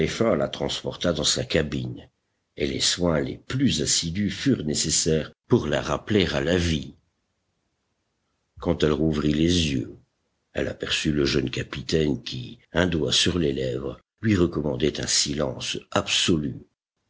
la transporta dans sa cabine et les soins les plus assidus furent nécessaires pour la rappeler à la vie quand elle rouvrit les yeux elle aperçut le jeune capitaine qui un doigt sur les lèvres lui recommandait un silence absolu